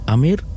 Amir